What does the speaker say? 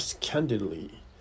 candidly